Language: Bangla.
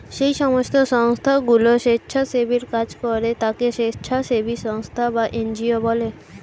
যেই সমস্ত সংস্থাগুলো স্বেচ্ছাসেবীর কাজ করে তাকে স্বেচ্ছাসেবী সংস্থা বা এন জি ও বলে